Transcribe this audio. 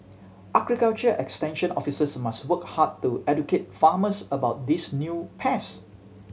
agriculture extension officers must work hard to educate farmers about these new pest